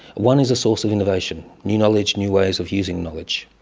one is a source of innovation new knowledge, new ways of using knowledge.